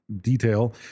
detail